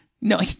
No